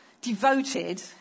Devoted